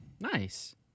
Nice